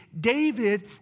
David